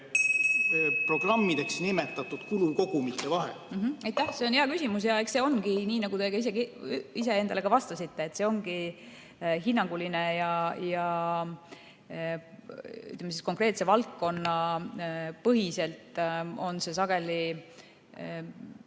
programmideks nimetatud kulukogumike vahel? Aitäh! See on hea küsimus. Eks see olegi nii, nagu te ka iseendale vastasite. See ongi hinnanguline. Konkreetse valdkonna põhiselt on see sageli